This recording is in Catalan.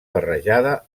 barrejada